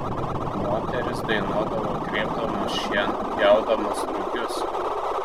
moterys dainuodavo grėbdamos šieną pjaudamos rugius